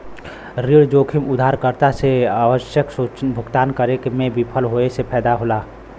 ऋण जोखिम उधारकर्ता से आवश्यक भुगतान करे में विफल होये से पैदा होला